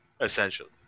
essentially